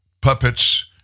puppets